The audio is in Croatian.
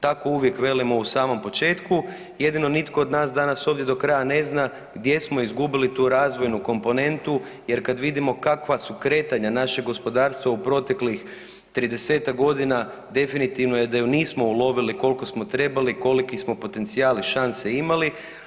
Tako uvijek velimo u samom početku, jedino nitko od nas danas ovdje do kraja ne zna gdje smo izgubili tu razvojnu komponentu jer kada vidimo kakva su kretanja našeg gospodarstva u proteklih 30-ak godina definitivno je da ju nismo ulovili koliko smo trebali koliki smo potencijal i šanse imali.